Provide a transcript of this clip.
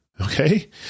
okay